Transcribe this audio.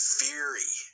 fury